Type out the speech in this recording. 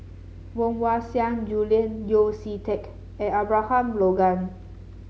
Woon Wah Siang Julian Yeo See Teck and Abraham Logan